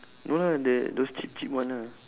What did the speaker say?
no lah the those cheap cheap one ah